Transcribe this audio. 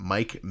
Mike